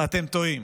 אתם טועים.